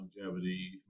longevity